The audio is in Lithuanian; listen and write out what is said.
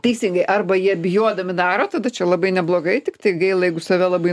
teisingai arba jie bijodami daro tada čia labai neblogai tiktai gaila jeigu save labai